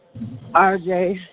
RJ